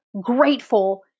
grateful